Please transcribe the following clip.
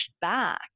back